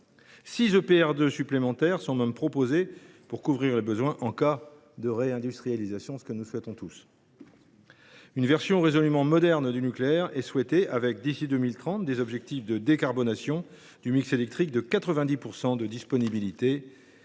EPR2 supplémentaires sont même proposés pour couvrir les besoins en cas de réindustrialisation, ce que nous souhaitons tous. Une version résolument moderne du nucléaire est souhaitée avec, d’ici à 2030, des objectifs de décarbonation du mix électrique de 90 %, de disponibilité